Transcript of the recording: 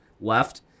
left